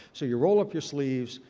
so you roll up your sleeves.